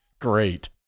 Great